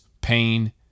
pain